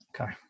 Okay